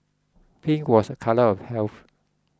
pink was a colour of health